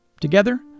Together